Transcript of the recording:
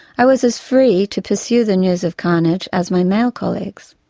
i was as free to pursue the news of carnage as my male colleaguesthat